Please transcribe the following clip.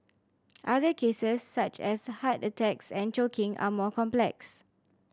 other cases such as heart attacks and choking are more complex